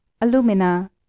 alumina